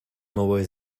новая